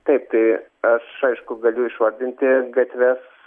taip tai aš aišku galiu išvardinti gatves